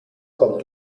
kommt